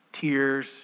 tears